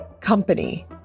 company